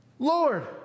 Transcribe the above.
Lord